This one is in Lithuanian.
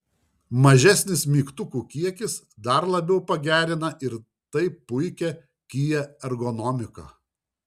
mažesnis mygtukų kiekis dar labiau pagerina ir taip puikią kia ergonomiką